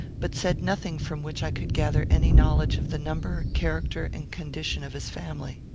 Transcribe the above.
but said nothing from which i could gather any knowledge of the number, character, and condition of his family.